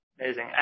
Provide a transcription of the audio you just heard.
Amazing